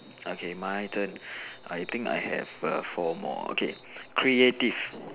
okay my turn I think I have four more okay creative